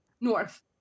north